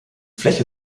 fläche